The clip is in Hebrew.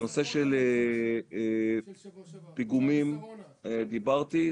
הנושא של פיגומים דיברתי.